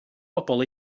bobol